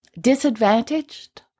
disadvantaged